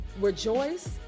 Rejoice